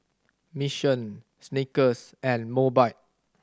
Mission Snickers and Mobike